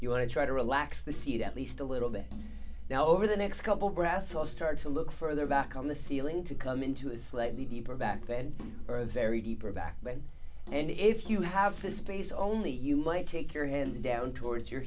you want to try to relax the seat at least a little bit now over the next couple grafts or start to look further back on the ceiling to come into a slightly deeper back bend or of very deep or back then and if you have the space only you might take your hands down towards your